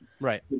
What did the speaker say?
Right